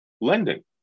lending